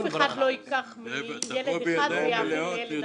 --- אף אחד לא ייקח מילד אחד ויעביר לילד אחר.